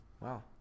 Wow